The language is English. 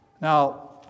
Now